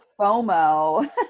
fomo